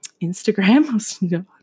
Instagram